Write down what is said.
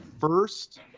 first